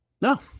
no